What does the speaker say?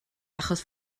achos